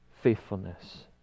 faithfulness